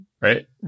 right